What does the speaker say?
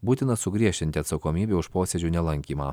būtina sugriežtinti atsakomybę už posėdžių nelankymą